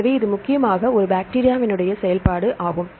எனவே இது முக்கியமாக ஒரு பாக்டீரியாவினுடைய செயல்பாடு ஆகும்